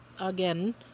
again